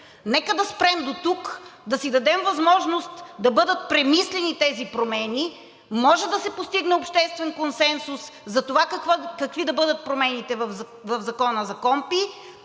Нека да спрем дотук, да си дадем възможност да бъдат премислени тези промени. Може да се постигне обществен консенсус за това какви да бъдат промените в Закона за